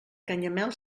canyamel